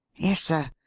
yes, sir.